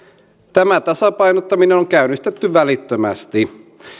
tämä tasapainottaminen on käynnistetty välittömästi